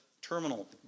terminal